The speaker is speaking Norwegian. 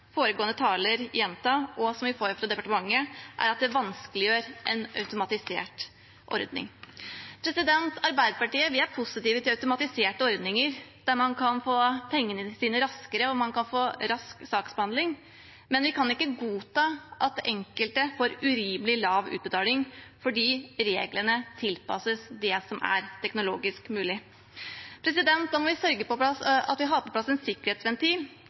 foregående taler gjenta, og som vi får fra departementet, er at det vanskeliggjør en automatisert ordning. Vi i Arbeiderpartiet er positive til automatiserte ordninger der man kan få pengene sine raskere og man kan få rask saksbehandling, men vi kan ikke godta at enkelte får urimelig lav utbetaling fordi reglene tilpasses det som er teknologisk mulig. Da må vi sørge for at vi har på plass en sikkerhetsventil,